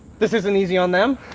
this isn't easy on them?